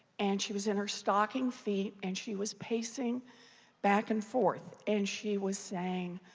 and she was in her stockinged feet. and she was pacing back and forth. and she was saying,